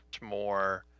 more